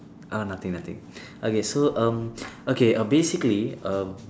uh nothing nothing okay so um okay uh basically um